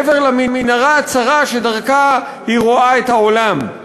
מעבר למנהרה הצרה שדרכה היא רואה את העולם.